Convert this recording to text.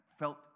felt